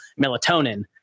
melatonin